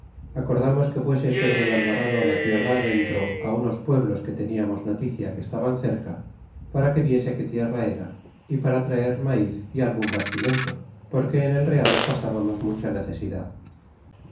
acordamos que fuese pedro de alvarado la tierra adentro unos pueblos que tefijamos noticia que estaban cerca para que viese qué tierra era y para traer maiz é algun bastimento porque en el real pasábamos mucha necesidad